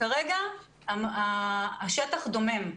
כרגע השטח דומם.